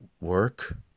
work